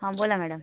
हां बोला मॅडम